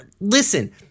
listen